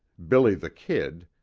billy the kid,